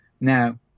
Now